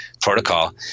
protocol